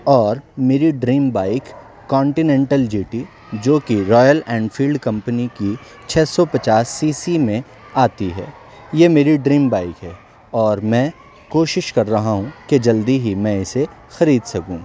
اور میری dream bike Continental G T جو کہ روائل اینفیلڈ کمپنی کی چھ سو پچاس سی سی میں آتی ہے یہ میری ڈریم بائک ہے اور میں کوشش کر رہا ہوں کہ جلدی ہی میں اسے خرید سکوں